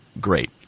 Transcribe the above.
great